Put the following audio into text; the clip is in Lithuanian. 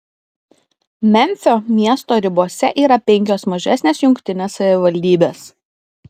memfio miesto ribose yra penkios mažesnės jungtinės savivaldybės